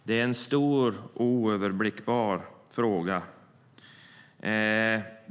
Det är en stor och oöverblickbar fråga.